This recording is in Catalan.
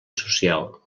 social